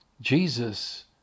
Jesus